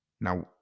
Now